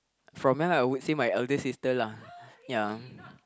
from young I would say my elder sister lah ya